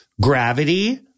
gravity